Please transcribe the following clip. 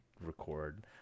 record